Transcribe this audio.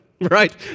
Right